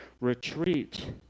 retreat